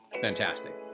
fantastic